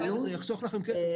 לא, זה יחסוך לכם כסף.